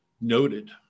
noted